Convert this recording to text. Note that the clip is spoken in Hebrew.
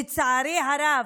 לצערי הרב,